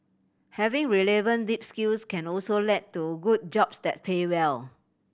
having relevant deep skills can also let to good jobs that pay well